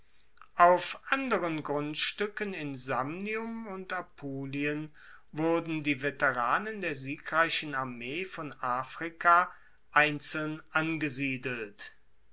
auf anderen grundstuecken in samnium und apulien wurden die veteranen der siegreichen armee von afrika einzeln angesiedelt